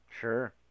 Sure